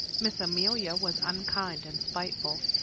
miss amelia was unkind and spiteful,